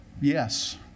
yes